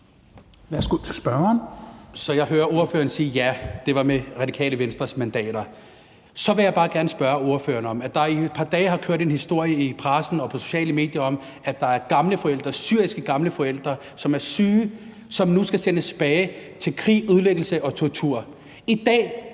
Så jeg hører ordføreren sige, at ja, det var med Radikale Venstres mandater. Der har i et par dage kørt en historie i pressen og på de sociale medier om, at der er gamle, syriske forældre, som er syge, som nu skal sendes tilbage til krig, ødelæggelse og tortur. I dag